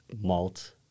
malt